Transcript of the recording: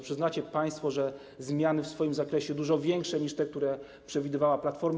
Przyznacie państwo, że zmiany są w swoim zakresie dużo większe niż te, które przewidywała Platforma.